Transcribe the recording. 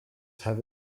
have